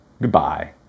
Goodbye